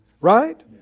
Right